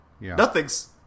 Nothings